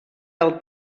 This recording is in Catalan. del